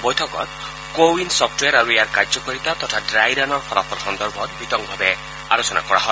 বৈঠকত CoWIN software আৰু ইয়াৰ কাৰ্যকাৰিতা তথা ড়ুাই ৰানৰ ফলাফল সন্দৰ্ভত বিতংভাৱে আলোচনা কৰা হয়